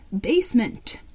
Basement